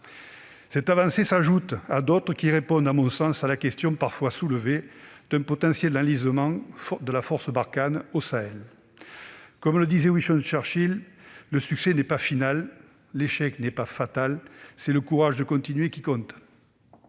Cette avancée s'ajoute à d'autres, qui répondent à mon sens à la question, parfois soulevée, d'un potentiel enlisement de la force Barkhane au Sahel. Comme le disait Winston Churchill, « le succès n'est pas final, l'échec n'est pas fatal : c'est le courage de continuer qui compte